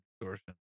distortion